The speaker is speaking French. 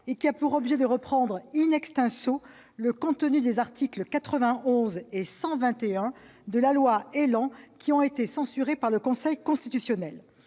qui a pour objet de reprendre le contenu des articles 91 et 121 de la loi ÉLAN, lesquels ont été censurés par le Conseil constitutionnel.